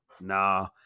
nah